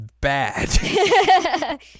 bad